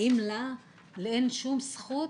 האם לה אין שום זכות